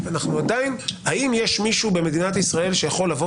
ועדיין האם יש מישהו במדינת ישראל שיכול לבוא